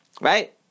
right